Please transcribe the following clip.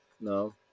no